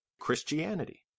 Christianity